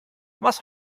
was